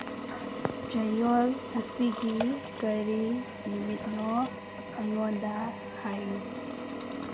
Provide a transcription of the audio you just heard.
ꯆꯌꯣꯜ ꯑꯁꯤꯒꯤ ꯀꯔꯤ ꯅꯨꯃꯤꯠꯅꯣ ꯑꯩꯉꯣꯟꯗ ꯍꯥꯏꯌꯨ